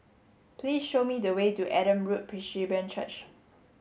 please show me the way to Adam Road Presbyterian Church